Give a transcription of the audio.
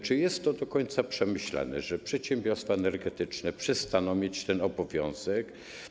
Czy jest to do końca przemyślane, że przedsiębiorstwa energetyczne przestaną mieć ten obowiązek?